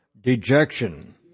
dejection